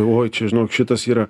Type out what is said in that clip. oi čia žinok šitas yra